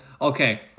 okay